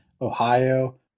Ohio